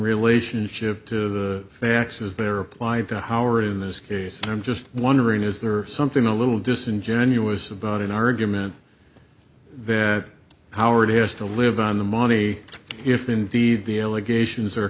relationship to the facts as they are applied to howard in this case and i'm just wondering is there something a little disingenuous about an argument that howard has to live on the money if indeed the allegations are